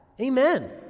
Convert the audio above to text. Amen